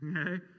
Okay